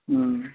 हूँ